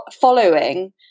following